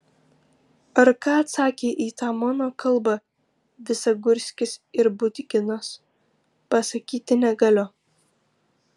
ar ką atsakė į tą mano kalbą visagurskis ir budginas pasakyti negaliu